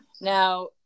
Now